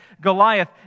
Goliath